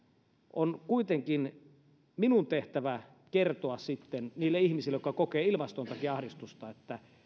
on kuitenkin minun tehtäväni kertoa niille ihmisille jotka kokevat ilmaston takia ahdistusta että